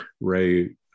Ray